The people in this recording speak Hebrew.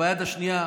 כשביד השנייה,